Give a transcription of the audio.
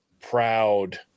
proud –